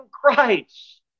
Christ